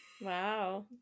Wow